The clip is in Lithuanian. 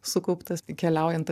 sukauptas keliaujant